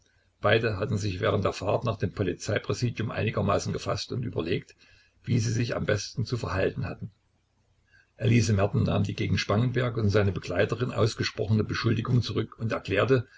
beide hatten sich während der fahrt nach dem polizeipräsidium einigermaßen gefaßt und überlegt wie sie sich am besten zu verhalten hatten elise merten nahm die gegen spangenberg und seine begleiterin ausgesprochene beschuldigung zurück und erklärte